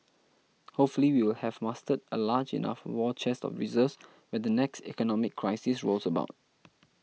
hopefully we will have mustered a large enough war chest of reserves when the next economic crisis rolls about